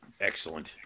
excellent